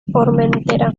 formentera